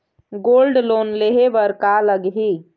Gold loan लेहे बर का लगही?